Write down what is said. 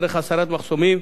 דרך הסרת מחסומים